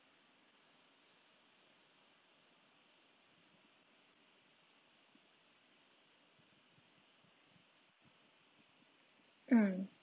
mm